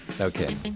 Okay